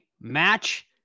Match